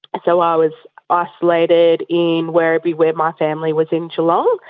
i so ah was ah isolated in werribee where my family was in geelong,